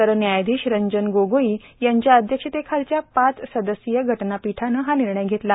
सरन्यायाधीश रंजन गोगोई यांच्या अध्यक्षतेखालच्या पाच सदस्यीय घटनापीठानं हा निर्णय घेतला